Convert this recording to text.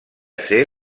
ser